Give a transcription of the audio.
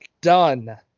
done